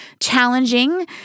challenging